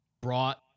brought